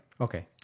Okay